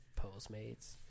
Postmates